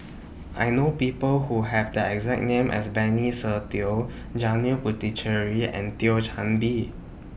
I know People Who Have The exact name as Benny Se Teo Janil Puthucheary and Thio Chan Bee